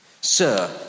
Sir